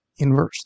inversed